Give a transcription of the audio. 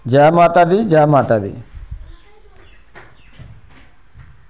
जै माता दी जै माता दी